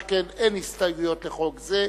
שכן אין הסתייגויות לחוק זה,